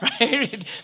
right